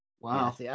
Wow